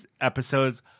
episodes